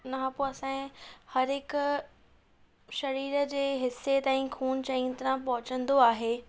हिन खां पोइ असांजे हर हिकु शरीर जे हिस्से ताईं खू़न चंङी तरह पहुचंदो आहे